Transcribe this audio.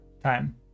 Time